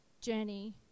journey